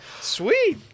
Sweet